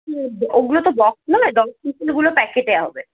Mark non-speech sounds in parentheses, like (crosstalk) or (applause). (unintelligible) ওগুলো তো বক্স নয় ডবল সিল (unintelligible) প্যাকেটে হবে